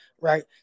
right